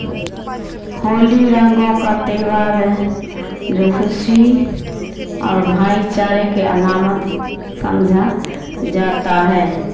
ہولی رنگوں کا تہوار ہے جو خوشی اور بھائی چارے کی علامت سمجھا جاتا ہے